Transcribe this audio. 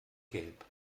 gelb